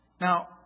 now